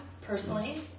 personally